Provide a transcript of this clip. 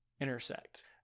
intersect